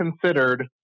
considered